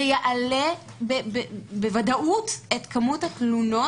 זה יעלה בוודאות את כמות התלונות,